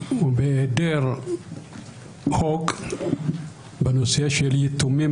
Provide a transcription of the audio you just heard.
ובהיעדר חוק בנושא של יתומים,